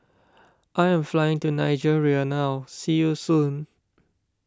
I am flying to Nigeria now see you soon